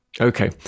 okay